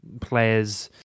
players